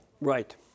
right